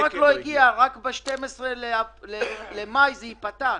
רק ב-12 במאי זה ייפתח.